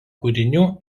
kūrinių